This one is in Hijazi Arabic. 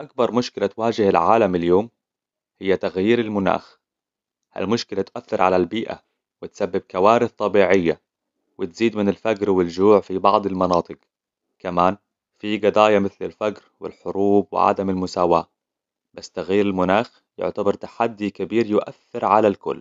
أكبر مشكلة تواجه العالم اليوم هي تغيير المناخ. هالمشكلة تأثرعلى البيئة وتسبب كوارث طبيعية وتزيد من الفقر والجوع في بعض المناطق. كمان، فيه قضايا مثل الفقر والحروب وعدم المساواة. بس تغيير المناخ يعتبر تحدي كبير يؤثر على الكل.